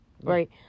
right